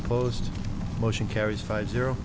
opposed to motion carries five zero